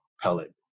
pellet